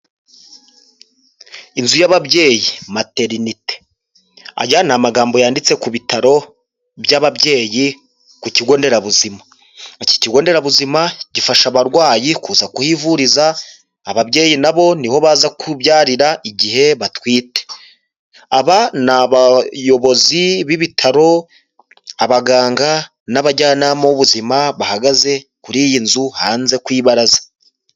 Inzu y'ababyeyi materinite aya ni amagambo yanditse ku bitaro by'ababyeyi ku kigo nderabuzima, iki kigo nderabuzima gifasha abarwayi kuza kuhivuriza ababyeyi nabo niho baza kubyarira igihe batwite. Aba ni abayobozi b'ibitaro, abaganga, n'abajyanama b'ubuzima bahagaze kuri iyi nzu hanze ku ibaraza.